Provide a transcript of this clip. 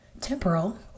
Temporal